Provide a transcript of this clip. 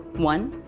one,